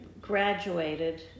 graduated